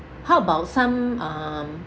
how about some um